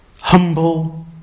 humble